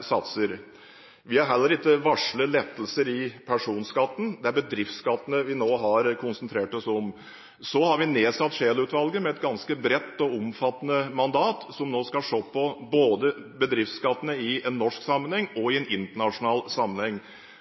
satser. Vi har heller ikke varslet lettelser i personskatten; det er bedriftsskattene vi nå har konsentrert oss om. Så har vi nedsatt Scheel-utvalget – med et ganske bredt og omfattende mandat – som skal se på bedriftsskattene både i en norsk og i en internasjonal sammenheng.